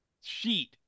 sheet